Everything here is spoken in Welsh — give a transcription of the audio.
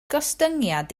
gostyngiad